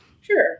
Sure